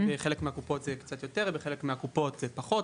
בחלק מהקופות זה קצת יותר, ובחלק פחות.